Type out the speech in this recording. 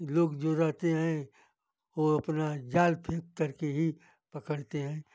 लोग जो रहते हैं वह अपना जाल फेंक करके ही पकड़ते हैं